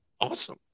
Awesome